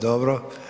Dobro.